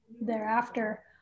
thereafter